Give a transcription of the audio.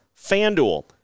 FanDuel